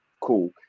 cool